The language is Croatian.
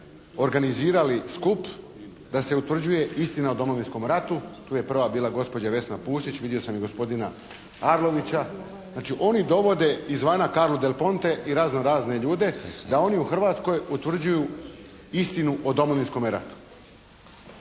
organizirali skup da se utvrđuje istina o Domovinskom ratu. Tu je prva bila gospođa Vesna Pusić. Vidio sam i gospodina Arlovića. Znači oni dovode izvana Carlu del Ponte i razno razne ljude da oni u Hrvatskoj utvrđuju istinu o Domovinskome ratu.